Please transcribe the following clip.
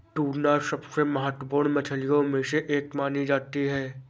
tuna सबसे महत्त्वपूर्ण मछलियों में से एक मानी जाती है